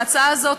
ההצעה הזאת,